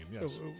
Yes